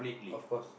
of course